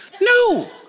No